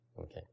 Okay